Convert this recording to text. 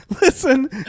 listen